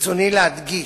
ברצוני להדגיש,